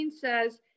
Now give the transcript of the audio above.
says